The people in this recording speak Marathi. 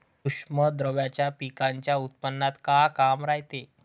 सूक्ष्म द्रव्याचं पिकाच्या उत्पन्नात का काम रायते?